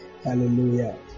Hallelujah